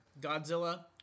Godzilla